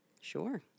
Sure